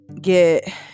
get